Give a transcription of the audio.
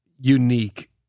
unique